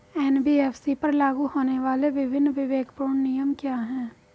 NBFC पर लागू होने वाले विभिन्न विवेकपूर्ण नियम क्या हैं?